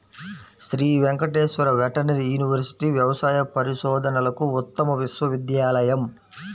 Shri Venkateswara veterinary university వ్యవసాయ పరిశోధనలకు ఉత్తమ విశ్వవిద్యాలయం